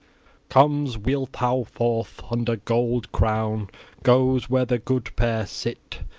comes wealhtheow forth, under gold-crown goes where the good pair sit,